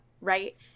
right